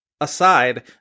aside